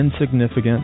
insignificant